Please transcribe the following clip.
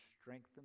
strengthen